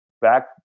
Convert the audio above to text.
back